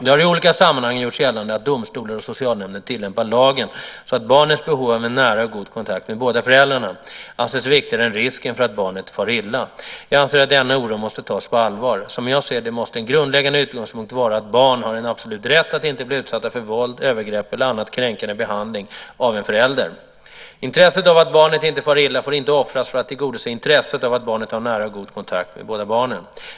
Det har i olika sammanhang gjorts gällande att domstolar och socialnämnder tillämpar lagen så att barnets behov av en nära och god kontakt med båda föräldrarna anses viktigare än risken för att barnet far illa. Jag anser att denna oro måste tas på allvar. Som jag ser det måste en grundläggande utgångspunkt vara att barn har en absolut rätt att inte bli utsatta för våld, övergrepp eller annan kränkande behandling av en förälder. Intresset av att barnet inte far illa får inte offras för att tillgodose intresset av att barnet har en nära och god kontakt med båda föräldrarna.